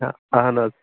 کیٛاہ اَہَن حظ